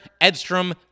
Edstrom